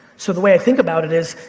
so the way i think about it is,